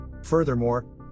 Furthermore